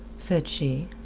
said she.